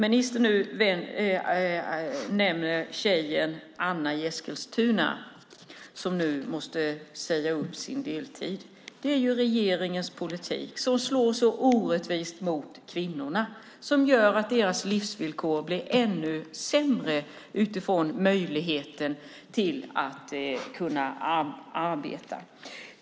Ministern nämner tjejen Anna i Eskilstuna som nu måste säga upp sin deltid. Det är regeringens politik som slår så orättvist mot kvinnorna. Den gör att deras livsvillkor blir ännu sämre utifrån möjligheten att kunna arbeta.